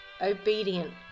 obedient